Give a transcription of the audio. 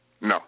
No